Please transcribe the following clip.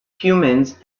humans